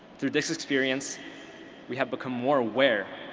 through this experience we have become more aware,